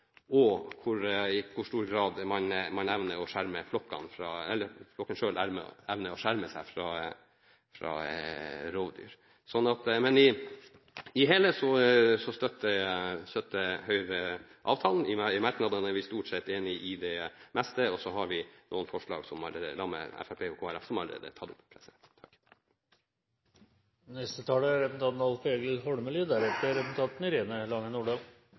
og i hvor stor grad flokkene selv evner å skjerme seg fra rovdyr. Men i det hele støtter Høyre avtalen. I merknadene er vi stort sett enig i det meste. Så har vi noen forslag sammen med Fremskrittspartiet og Kristelig Folkeparti som allerede er tatt opp. Som eg sa i den førre saka, er